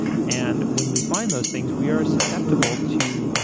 and when we find those things, we are susceptible to